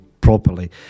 properly